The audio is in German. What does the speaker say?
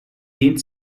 dehnt